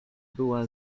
była